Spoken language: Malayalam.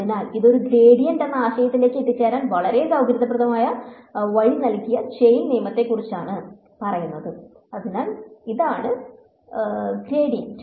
അതിനാൽ ഇത് ഒരു ഗ്രേഡിയന്റ് എന്ന ആശയത്തിലേക്ക് എത്തിച്ചേരാൻ വളരെ സൌകര്യപ്രദമായ വഴി നൽകിയ ചെയിൻ നിയമത്തെക്കുറിച്ചാണ് അതിനാൽ ഇതാണ് ഗ്രേഡിയന്റ്